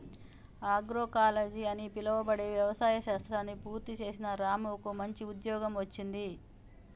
agroecology అని పిలువబడే వ్యవసాయ శాస్త్రాన్ని పూర్తి చేసిన రాముకు మంచి ఉద్యోగం వచ్చింది